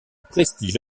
prestige